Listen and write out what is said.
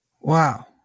Wow